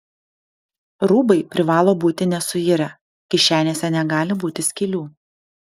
rūbai privalo būti nesuirę kišenėse negali būti skylių